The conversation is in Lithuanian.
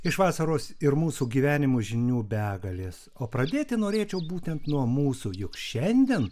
iš vasaros ir mūsų gyvenimo žinių begalės o pradėti norėčiau būtent nuo mūsų juk šiandien